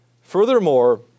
Furthermore